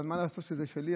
אבל מה לעשות שזה שלי,